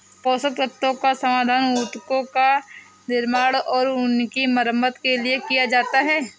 पोषक तत्वों का समाधान उत्तकों का निर्माण और उनकी मरम्मत के लिए किया जाता है